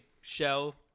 shell